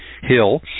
hill